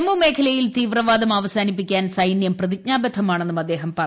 ജൂമ്മു മേഖലയിൽ തീവ്രവാദം അവസാനിപ്പിക്കാൻ സൈനൃപ്പി പ്രതിജ്ഞാബദ്ധമാണെന്നും അദ്ദേഹം പ്രറഞ്ഞു